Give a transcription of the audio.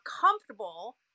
comfortable